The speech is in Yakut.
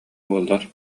буоллар